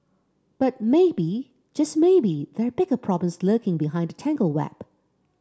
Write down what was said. but maybe just maybe there are bigger problems lurking behind the tangled web